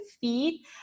feed